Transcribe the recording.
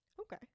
Okay